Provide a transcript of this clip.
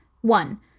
One